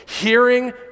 Hearing